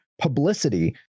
publicity